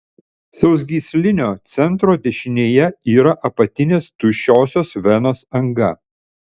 sausgyslinio centro dešinėje yra apatinės tuščiosios venos anga